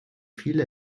viele